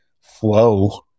flow